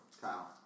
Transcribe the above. Kyle